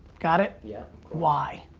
got it. yeah. why